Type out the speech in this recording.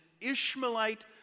Ishmaelite